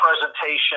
presentation